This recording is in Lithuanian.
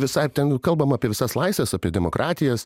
visai ten kalbama apie visas laisves apie demokratijas